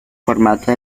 formato